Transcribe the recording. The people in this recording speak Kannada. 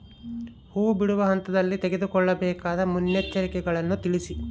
ಹೂ ಬಿಡುವ ಹಂತದಲ್ಲಿ ತೆಗೆದುಕೊಳ್ಳಬೇಕಾದ ಮುನ್ನೆಚ್ಚರಿಕೆಗಳನ್ನು ತಿಳಿಸಿ?